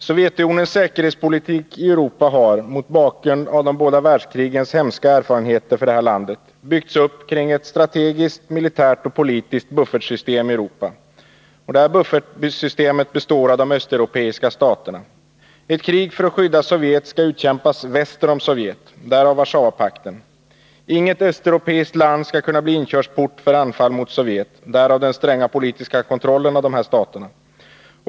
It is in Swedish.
Sovjetunionens säkerhetspolitik i Europa har mot bakgrund av de båda världskrigens hemska erfarenheter för det här landet byggts upp kring ett strategiskt, militärt och politiskt buffertsystem i Europa. Detta buffertsystem består av de östeuropeiska staterna. Ett krig för att skydda Sovjet skall utkämpas väster om Sovjet — därav Warszawapakten. Inget östeuropeiskt land skall kunna bli inkörsport för anfall mot Sovjet — därav den stränga politiska kontrollen av dessa stater.